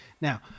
Now